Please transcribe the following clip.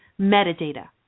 metadata